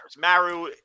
maru